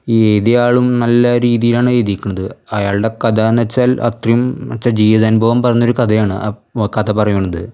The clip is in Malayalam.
ഈ എയുതിയ ആളും നല്ല രീതിയിലാണ് എയുതിയേക്കണത് അയാളുടെ കഥ എന്ന് വെച്ചാല് അത്രയും എന്ന് വച്ചാൽ ജീവിതാനുഭവം പറയുന്ന ഒരു കഥയാണ് അപ്പം കഥ പറയുണ്ട്